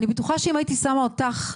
אני בטוחה שאם הייתי שמה אותך,